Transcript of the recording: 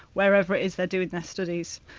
wherever it is they're doing their studies.